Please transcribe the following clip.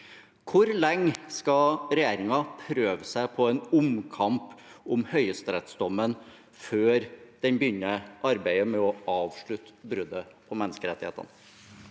Hvor lenge skal regjeringen prøve seg på en omkamp om høyesterettsdommen før den begynner arbeidet med å avslutte bruddet på menneskerettighetene?»